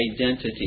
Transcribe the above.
identity